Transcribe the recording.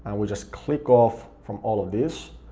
and we'll just click off from all of this.